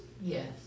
Yes